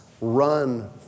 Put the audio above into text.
Run